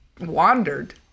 wandered